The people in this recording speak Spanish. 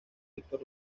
víctor